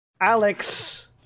Alex